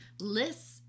lists